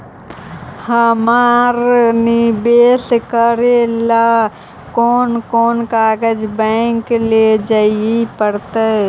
हमरा निवेश करे ल कोन कोन कागज बैक लेजाइ पड़तै?